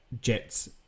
Jets